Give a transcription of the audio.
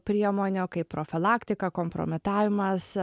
priemonių kaip profilaktika kompromitavimas